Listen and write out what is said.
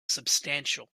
substantial